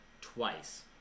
twice